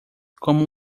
como